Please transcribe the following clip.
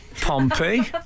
Pompey